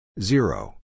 Zero